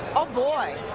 oh, boy.